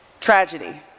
Tragedy